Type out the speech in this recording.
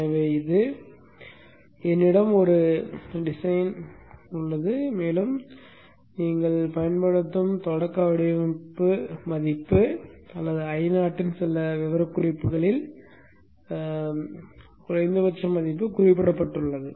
எனவே இது என்னிடம் ஒரு வடிவமைப்பு உள்ளது மேலும் மக்கள் பயன்படுத்தும் தொடக்க வடிவமைப்பு மதிப்பு அல்லது Io இன் சில விவரக்குறிப்புகளில் குறைந்தபட்ச மதிப்பு குறிப்பிடப்பட்டுள்ளது